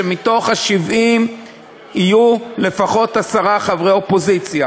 שמתוך ה-70 יהיו לפחות עשרה חברי אופוזיציה,